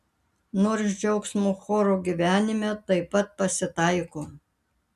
nors džiaugsmo chorų gyvenime taip pat pasitaiko